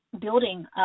building